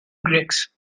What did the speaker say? griggs